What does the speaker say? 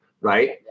right